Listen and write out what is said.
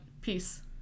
peace